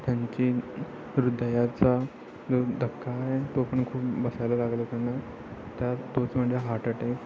त्यांची हृदयाचा जो धक्का आहे तो पण खूप बसायला लागला त्यांना त्या तोच म्हणजे हार्टअटॅक